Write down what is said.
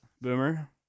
boomer